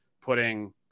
putting